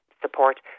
support